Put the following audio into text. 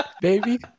baby